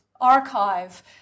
archive